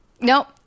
Nope